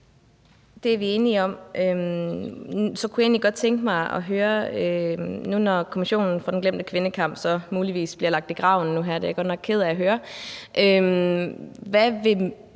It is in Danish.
Det er vi enige om. Så kunne jeg egentlig godt tænke mig at høre, nu når Kommissionen for den glemte kvindekamp så muligvis bliver lagt i graven – det er jeg godt nok ked af at høre – hvad